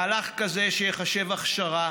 מהלך כזה, שייחשב הכשרה